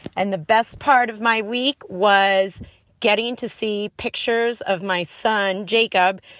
and the best part of my week was getting to see pictures of my son jacob,